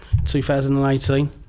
2018